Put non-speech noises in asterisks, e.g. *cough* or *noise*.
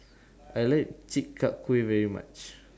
*noise* I like Chi Kak Kuih very much